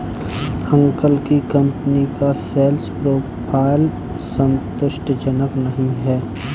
uncle की company का sales profile संतुष्टिजनक नही है